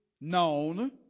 known